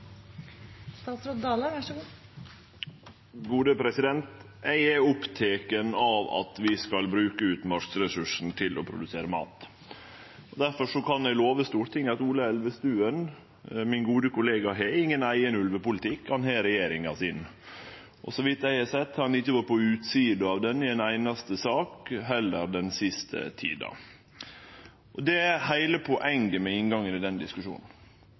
statsråd Ola Elvestuen, min gode kollega, ikkje har nokon eigen ulvepolitikk, han har regjeringa sin politikk, og så vidt eg har sett, har han ikkje vore på utsida av han i ein einaste sak, heller ikkje den siste tida. Det er heile poenget med min inngang til denne diskusjonen. Eg erkjenner at den politikken som Stortinget har vedteke, i